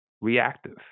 reactive